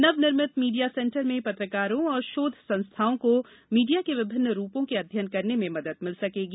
नव निर्मित media centre में पत्रकारों और शोध संस्थाओं को मीडिया के विभिन्न रूपों के अध्ययन करने में मदद मिल सकेगी